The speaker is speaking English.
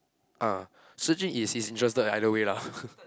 uh Su-Jin is he's interested either way lah